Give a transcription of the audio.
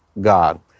God